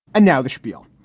and now the spiel.